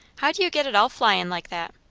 how do you get it all flying like that?